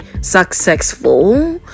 successful